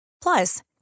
Plus